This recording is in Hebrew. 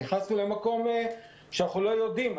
נכנסנו למקום שאנחנו לא יודעים.